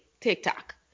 TikTok